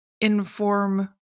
inform